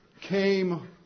came